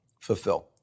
fulfill